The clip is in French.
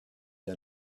est